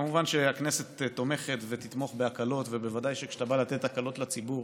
כמובן שהכנסת תומכת ותתמוך בהקלות ובוודאי שכשאתה בא לתת הקלות לציבור